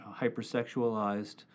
hypersexualized